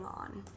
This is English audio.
on